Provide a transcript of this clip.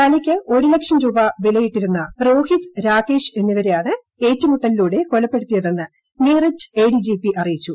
തലയ്ക്ക് ഒരു ലക്ഷം രൂപാ വിലയിട്ടിരുന്ന രോഹിത് രാകേഷ് എന്നിവരെയാണ് ഏറ്റുമുട്ടലിലൂടെ കൊലപ്പെടുത്തിയതെന്ന് മീററ്റ് ഏഡിജിപി അറിയിച്ചു